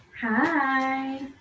Hi